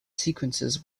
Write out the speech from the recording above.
sequences